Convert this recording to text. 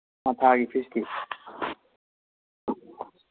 ꯊꯥ ꯊꯥꯒꯤ ꯐꯤꯁꯀꯤ